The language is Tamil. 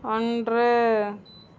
அன்று